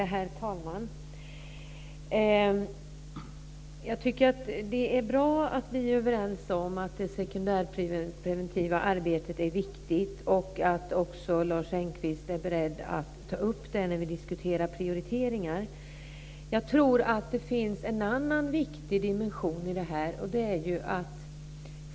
Herr talman! Det är bra att vi är överens om att det sekundärpreventiva arbetet är viktigt och också att Lars Engqvist är beredd att ta upp den frågan när vi diskuterar prioriteringar. Det finns en annan viktig dimension i detta.